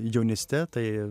jaunyste tai